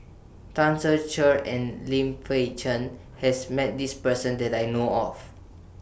Tan Ser Cher and Lim Fei Shen has Met This Person that I know of